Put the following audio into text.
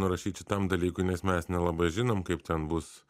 nurašyt šitam dalykui nes mes nelabai žinom kaip ten bus